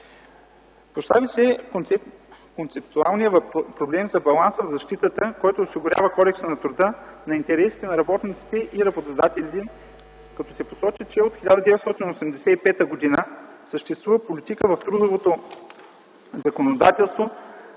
Постави се концептуалният проблем за баланса в защитата, който осигурява Кодексът на труда, на интересите на работниците и работодателите, като се посочи, че от 1985 г. съществува политика в трудовото законодателство